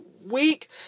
week